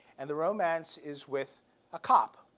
and the romance is with a cop.